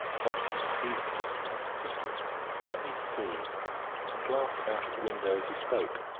what's in season just now? said horace let me see and glanced out of the window as he spoke,